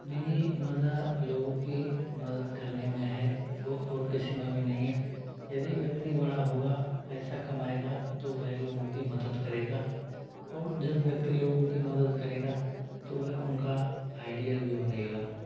भी मज़ा लोगों की मदद करने में है वो और किसी में भी नहीं है यदि व्यक्ति बड़ा होगा पैसा कमाएगा तो वह लोगों की मदद करेगा और जब व्यक्ति लोगों की मदद करेगा तो वह उनका आइडियल भी बनेगा